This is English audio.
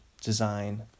design